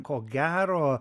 ko gero